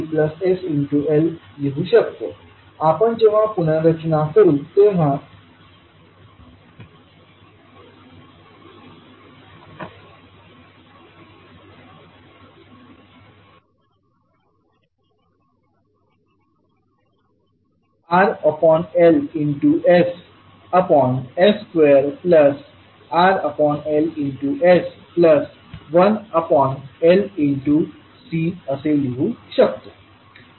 म्हणून आपण इथे R1sCsL लिहू शकतो आपण जेव्हा पुनर्रचना करू तेव्हा RLss2RLs1LC असे लिहू शकतो